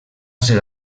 ser